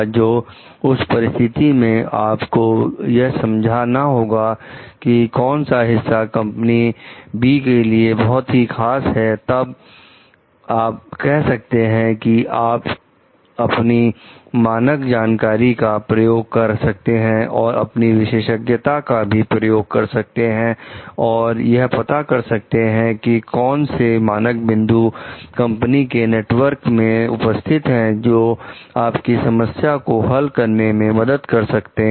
तो उस परिस्थिति में आपको यह समझना होगा कि कौन सा हिस्सा कंपनी बी के लिए बहुत ही खास है तब आप कह सकते हैं कि आप अपनी मानक जानकारी का प्रयोग कर सकते हैं और अपनी विशेषज्ञता का भी प्रयोग कर सकते हैं और यह पता कर सकते हैं कि कौन से मानक बिंदु कंपनी के नेटवर्क में उपस्थित हैं जो आपकी समस्या को हल करने में मदद कर सकते हैं